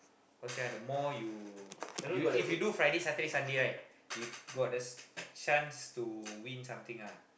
how say ah the more you you if you do Friday Saturday Sunday right you got the c~ chance to win something ah